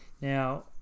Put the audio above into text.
Now